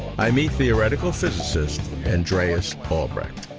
i meet theoretical physicist, andreas albrecht.